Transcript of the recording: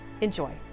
Enjoy